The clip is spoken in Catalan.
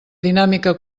dinàmica